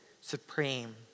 supreme